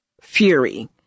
fury